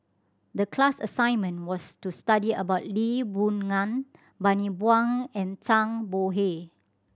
the class assignment was to study about Lee Boon Ngan Bani Buang and Zhang Bohe